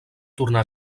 tornar